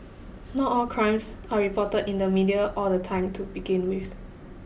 not all crimes are reported in the media all the time to begin with